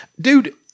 dude